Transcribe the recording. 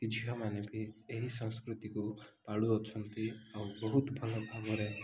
ଝିଅମାନେ ବି ଏହି ସଂସ୍କୃତିକୁ ପାଳୁଅଛନ୍ତି ଆଉ ବହୁତ ଭଲ ଭାବରେ